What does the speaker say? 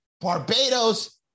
Barbados